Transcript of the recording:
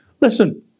Listen